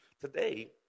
Today